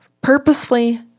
purposefully